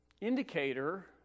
indicator